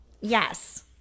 yes